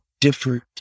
different